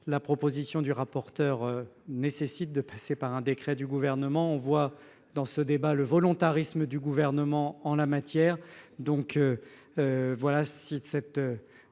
la proposition du rapporteur nécessite de passer par un décret du gouvernement. On voit dans ce débat le volontarisme du gouvernement en la matière donc. Voilà, si cette. Proposition